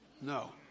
No